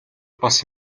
бас